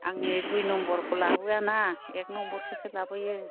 आङो दुइ नाम्बार खौ लाबोआ ना एक नाम्बार खौसो लाबोयो